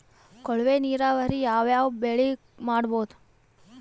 ಕೊಳವೆ ನೀರಾವರಿ ಯಾವ್ ಯಾವ್ ಬೆಳಿಗ ಮಾಡಬಹುದು?